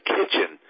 Kitchen